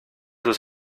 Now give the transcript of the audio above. sus